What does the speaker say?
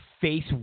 face